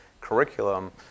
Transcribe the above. curriculum